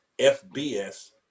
FBS